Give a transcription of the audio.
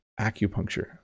acupuncture